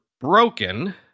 broken